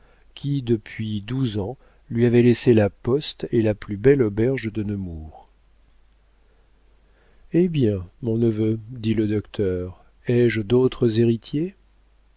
qui depuis douze ans lui avait laissé la poste et la plus belle auberge de nemours eh bien mon neveu dit le docteur ai-je d'autres héritiers